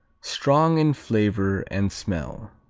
strong in flavor and smell.